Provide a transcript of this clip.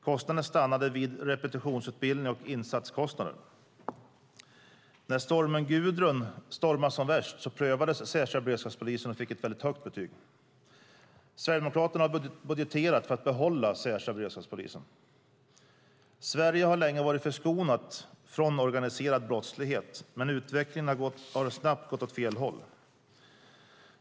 Kostnaden stannade vid repetitionsutbildning och insatskostnader. När stormen Gudrun stormade som värst prövades den särskilda beredskapspolisen och fick ett väldigt högt betyg. Sverigedemokraterna har budgeterat för att behålla den särskilda beredskapspolisen. Sverige har länge varit förskonat från organiserad brottslighet, men utvecklingen har snabbt gått åt fel håll.